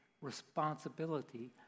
responsibility